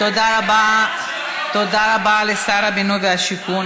תודה רבה לשר הבינוי והשיכון,